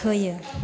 होयो